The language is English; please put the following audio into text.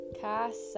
Casa